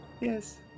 Yes